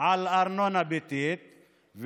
על ארנונה ביתית,